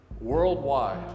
worldwide